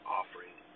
offering